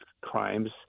crimes